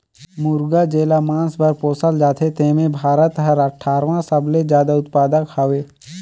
मुरगा जेला मांस बर पोसल जाथे तेम्हे भारत हर अठारहवां सबले जादा उत्पादक हवे